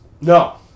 No